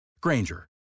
Granger